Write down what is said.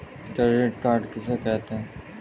Credit card किसे कहते हैं?